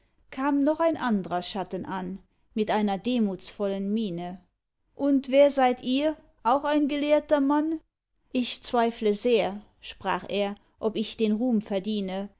kam noch ein andrer schatten an mit einer demutsvollen miene und wer seid ihr auch ein gelehrter mann ich zweifle sehr sprach er ob ich den ruhm verdiene